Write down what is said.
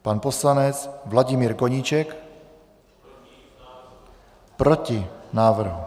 Pan poslanec Vladimír Koníček: Proti návrhu.